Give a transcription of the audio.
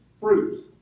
fruit